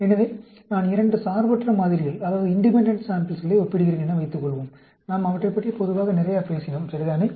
எனவே நான் இரண்டு சார்பற்ற மாதிரிகளை ஒப்பிடுகிறேன் என வைத்துக் கொள்வோம் நாம் அவற்றைப்பற்றி பொதுவாக நிறைய பேசினோம் சரிதானே